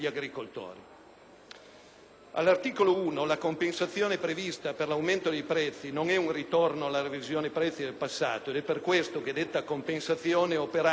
All’articolo 1 la compensazione prevista per l’aumento dei prezzi non eun ritorno alla revisione prezzi del passato ed e per questo che detta compensazione eoperata in deroga